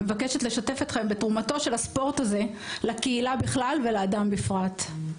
מבקשת לשתף אתכם בתרומתו של הספורט הזה לקהילה בכלל ולאדם בפרט.